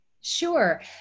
Sure